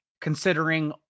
considering